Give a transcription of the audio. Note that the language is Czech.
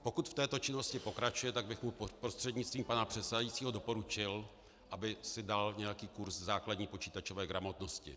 Pokud v této činnosti pokračuje, tak bych mu prostřednictvím pana předsedajícího doporučil, aby si dal nějaký kurz základní počítačové gramotnosti.